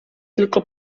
tylko